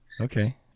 Okay